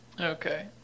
Okay